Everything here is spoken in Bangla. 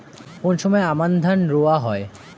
কোন সময় আমন ধান রোয়া হয়?